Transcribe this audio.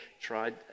tried